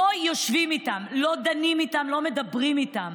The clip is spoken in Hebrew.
לא יושבים איתם, לא דנים איתם, לא מדברים איתם.